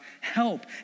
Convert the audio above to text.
help